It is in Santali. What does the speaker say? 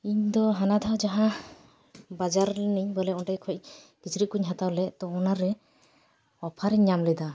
ᱤᱧ ᱫᱚ ᱦᱟᱱᱟ ᱫᱷᱟᱣ ᱡᱟᱦᱟᱸ ᱵᱟᱡᱟᱨ ᱞᱤᱱᱟᱹᱧ ᱵᱚᱞᱮ ᱚᱸᱰᱮ ᱠᱷᱚᱱ ᱠᱤᱪᱨᱤᱪ ᱠᱚᱧ ᱦᱟᱛᱟᱣ ᱞᱮᱫ ᱛᱚ ᱚᱱᱟᱨᱮ ᱚᱯᱷᱟᱨ ᱤᱧ ᱧᱟᱢ ᱞᱮᱫᱟ